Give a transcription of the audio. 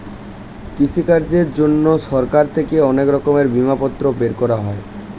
কৃষিকাজের জন্যে সরকার থেকে অনেক রকমের বিমাপত্র বের করা হয়